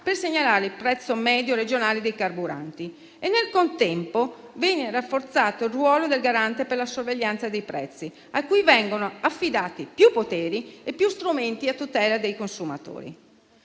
per segnalare il prezzo medio regionale dei carburanti. Nel contempo viene rafforzato il ruolo del Garante per la sorveglianza dei prezzi, a cui vengono affidati più poteri e più strumenti a tutela dei consumatori.